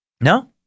No